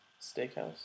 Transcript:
steakhouse